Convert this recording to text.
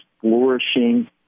flourishing